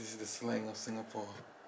is the slang of Singapore